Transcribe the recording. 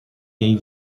jej